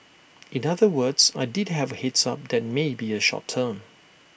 in other words I did have A heads up that may be A short term